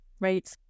Right